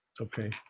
Okay